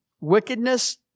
wickedness